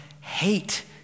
hate